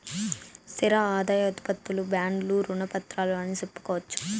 స్థిర ఆదాయం ఉత్పత్తులు బాండ్లు రుణ పత్రాలు అని సెప్పొచ్చు